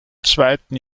zweiten